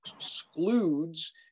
excludes